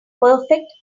perfect